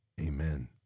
amen